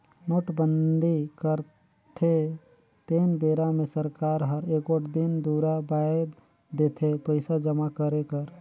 नोटबंदी करथे तेन बेरा मे सरकार हर एगोट दिन दुरा बांएध देथे पइसा जमा करे कर